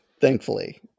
thankfully